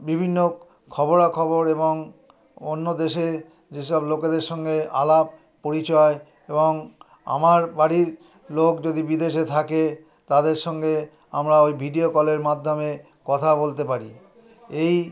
বিভিন্ন খবরাখবর এবং অন্য দেশে যে সব লোকেদের সঙ্গে আলাপ পরিচয় এবং আমার বাড়ির লোক যদি বিদেশে থাকে তাদের সঙ্গে আমরা ওই ভিডিও কলের মাধ্যমে কথা বলতে পারি এই